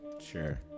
sure